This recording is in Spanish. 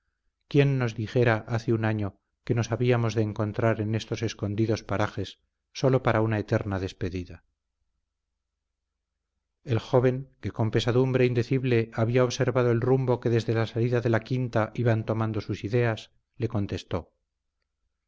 quién nos dijera hace un año que nos habíamos de encontrar en estos escondidos parajes sólo para una eterna despedida el joven que con pesadumbre indecible había observado el rumbo que desde la salida de la quinta iban tomando sus ideas le contestó